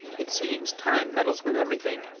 it seems time meddles with everything,